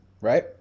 right